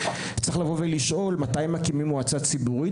צריך לבוא ולשאול מתי מקימים מועצה ציבורית